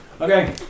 Okay